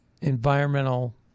environmental